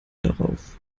darauf